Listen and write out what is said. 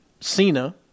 Cena